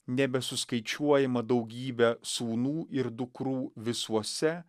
nebesuskaičiuojamą daugybę sūnų ir dukrų visuose